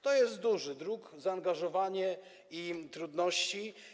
To jest duży druk, duże zaangażowanie i trudności.